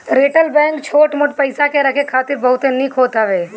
retail bank छोट मोट पईसा के रखे खातिर बहुते निक होत हवे